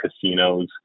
casinos